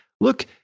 look